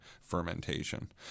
fermentation